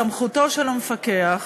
סמכותו של המפקח